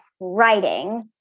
writing